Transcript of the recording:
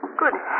Good